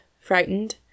frightened